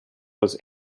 was